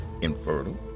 infertile